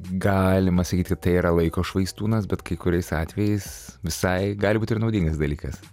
galima sakyti tai yra laiko švaistūnas bet kai kuriais atvejais visai gali būti ir naudingas dalykas